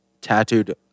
tattooed